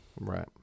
Right